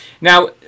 Now